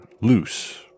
loose